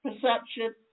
perception